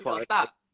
Stop